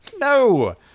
No